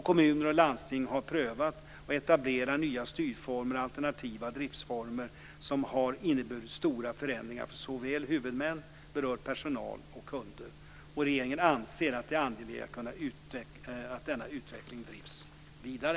Kommuner och landsting har prövat och etablerat nya styrformer och alternativa driftsformer som har inneburit stora förändringar för huvudmän, berörd personal och kunder. Regeringen anser att det är angeläget att denna utveckling drivs vidare.